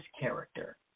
character